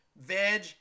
veg